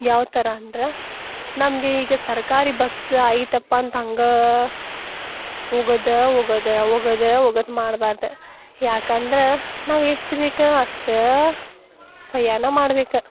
ಯಾವಥರ ಅಂದ್ರೆ ನಮಗೆ ಈಗ ಸರ್ಕಾರಿ ಬಸ್ ಐತಪ್ಪ ಅಂತ ಹಾಗೇ ಹೋಗದ್ ಹೋಗೋದ್ ಹೋಗೋದ್ ಹೋಗೋದ್ ಮಾಡ್ಬಾರ್ದು ಯಾಕಂದ್ರೆ ನಾವು ಎಷ್ಟು ಬೇಕು ಅಷ್ಟು ಪಯಣ ಮಾಡ್ಬೇಕು